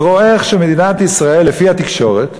ורואה איך מדינת ישראל, לפי התקשורת,